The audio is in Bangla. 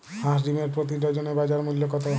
হাঁস ডিমের প্রতি ডজনে বাজার মূল্য কত?